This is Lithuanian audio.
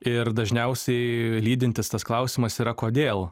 ir dažniausiai lydintis tas klausimas yra kodėl